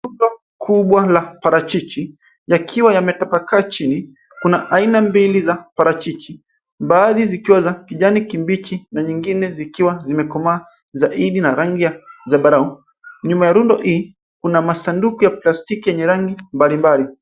Rundo kubwa la parachichi yakiwa yametapakaa chini. Kuna aina mbili za parachichi baadhi zikiwa za kijani kibichi ka nyingine zikiwa zimekomaa zaidi na rangi ya zambarau. Nyuma ya rundo hili kuna masanduku ya plastiki yenye rangi mbalimbali.